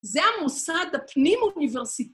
‫זה המוסד הפנים-אוניברסי..